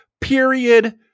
period